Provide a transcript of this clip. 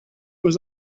was